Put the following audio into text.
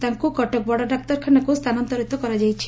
ତାଙ୍କୁ କଟକ ବଡ଼ଡାକ୍ତରଖାନାକୁ ସ୍ଚାନାନ୍ତରିତ କରାଯାଇଛି